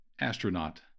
astronaut